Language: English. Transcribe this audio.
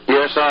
Yes